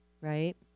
right